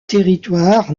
territoire